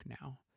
now